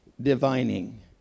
Divining